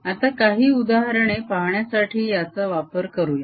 आता काही उदाहरणे पाहण्यासाठी याचा वापर करूया